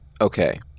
Okay